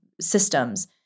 systems